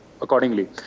accordingly